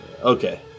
Okay